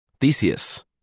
Theseus